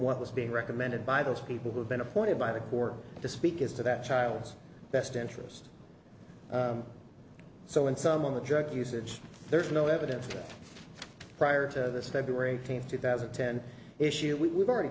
what was being recommended by those people who have been appointed by the court to speak as to that child's best interest so in some of the drug usage there's no evidence prior to this february eighteenth two thousand and ten issue we've already